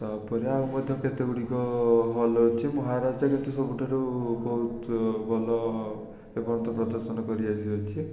ତା'ପରେ ଆଉ ମଧ୍ୟ କେତେ ଗୁଡ଼ିକ ହଲ୍ ଅଛି ମହାରାଜା କିନ୍ତୁ ସବୁଠାରୁ ବହୁତ ଭଲ ପ୍ରଦର୍ଶନ କରି ଆସିଅଛି